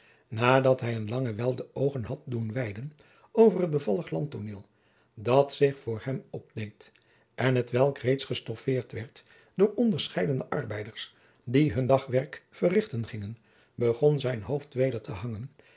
nadat hij eene lange wijl de oogen had doen weiden over het bevallig landtooneel dat zich voor hem opdeed en hetwelk reeds gestoffeerd werd door onderscheidene arbeiders die hun dagwerk verrigten gingen begon zijn hoofd weder te hangen